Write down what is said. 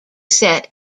set